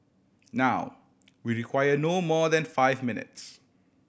now we require no more than five minutes